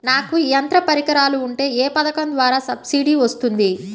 నాకు యంత్ర పరికరాలు ఉంటే ఏ పథకం ద్వారా సబ్సిడీ వస్తుంది?